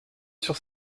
sur